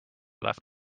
left